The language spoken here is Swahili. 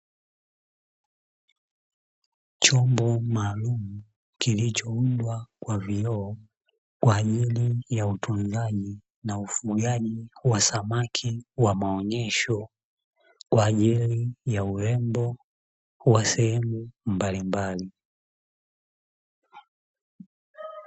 Chombo maalumu kilichoundwa kwa vioo kwa ajili ya utunzaji na ufugaji wa samaki wa maonyesho, kwa ajili ya urembo wa sehemu mbalimbali.